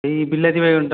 ସେଇ ବିଲାତି ବାଇଗଣ